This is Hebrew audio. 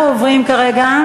נתקבל.